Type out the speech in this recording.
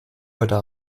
heute